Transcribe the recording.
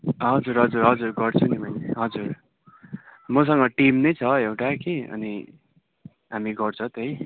हजुर हजुर हजुर गर्छु नि मैले हजुर मसँग टिम नै छ एउटा कि अनि हामी गर्छ त्यही